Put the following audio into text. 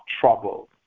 trouble